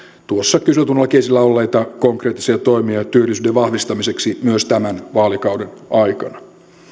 kyselytunnillakin esillä olleita konkreettisia toimia työllisyyden vahvistamiseksi myös tämän vaalikauden aikana